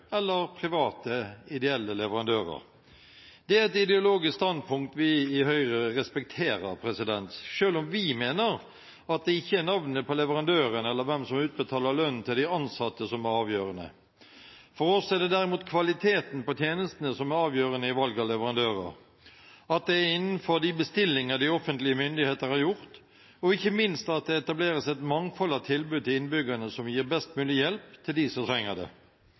eller private ideelle leverandører. Det er et ideologisk standpunkt vi i Høyre respekterer, selv om vi mener at det ikke er navnet på leverandøren eller hvem som utbetaler lønn til de ansatte, som er avgjørende. For oss er det derimot kvaliteten på tjenestene som er avgjørende i valg av leverandører, at det er innenfor de bestillinger de offentlige myndigheter har gjort, og ikke minst at det etableres et mangfold av tilbud til innbyggerne som gir best mulig hjelp til dem som trenger det.